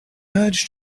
urge